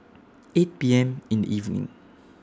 eight P M in evening